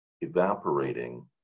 evaporating